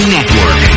Network